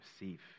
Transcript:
receive